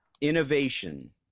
Innovation